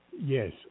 Yes